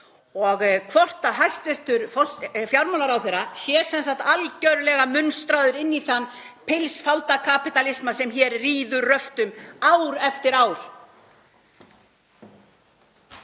árs? Er hæstv. fjármálaráðherra sem sagt algjörlega munstraður inn í þann pilsfaldakapítalisma sem hér ríður röftum ár eftir ár?